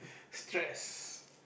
stress